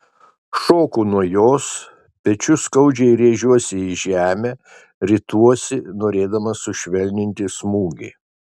šoku nuo jos pečiu skaudžiai rėžiuosi į žemę rituosi norėdamas sušvelninti smūgį